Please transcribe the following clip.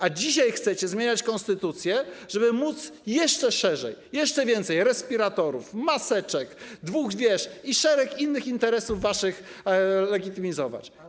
A dzisiaj chcecie zmieniać konstytucję, żeby móc jeszcze szerzej - jeszcze więcej respiratorów, maseczek, dwóch wież i szereg innych interesów waszych legitymizować.